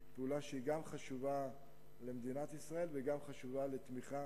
שהיא חשובה גם למדינת ישראל וגם לתמיכה